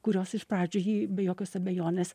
kurios iš pradžių jį be jokios abejonės